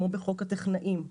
כמו בחוק הטכנאים,